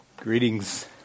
Greetings